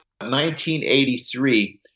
1983